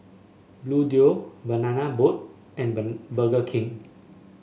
Bluedio Banana Boat and Burger King